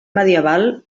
medieval